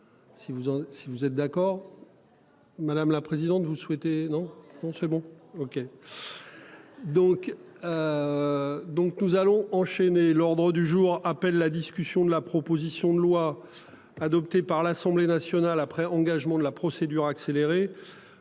si vous êtes d'accord. Madame la présidente, vous souhaitez non c'est bon OK. Donc. Donc nous allons enchaîner l'ordre du jour appelle la discussion de la proposition de loi. Adoptée par l'Assemblée nationale après engagement de la procédure accélérée